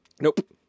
nope